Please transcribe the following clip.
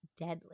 deadly